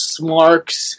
smarks